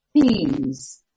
themes